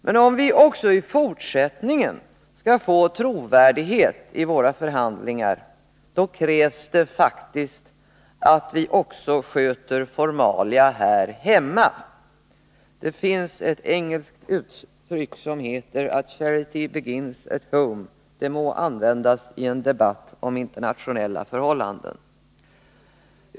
Men om vi även i fortsättningen skall få trovärdighet i våra förhandlingar krävs det faktiskt att vi också sköter formalia här hemma. Det finns ett engelsk uttryck som heter: ”Charity begins at home.” Det må användas i en debatt om internationella förhållanden.